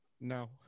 No